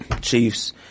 Chiefs